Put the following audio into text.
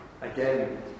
Again